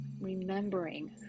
remembering